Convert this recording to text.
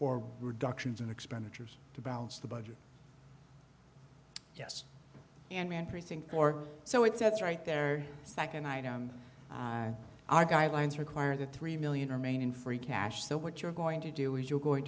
or reduction in expenditures to balance the budget yes and man precinct or so it says right there second item our guidelines require that three million are main in free cash so what you're going to do is you're going